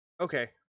okay